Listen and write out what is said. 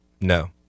No